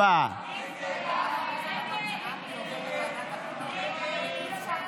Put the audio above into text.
הודעת הממשלה על רצונה להחיל דין רציפות על הצעת